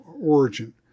origin